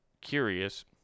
curious